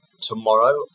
Tomorrow